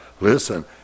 Listen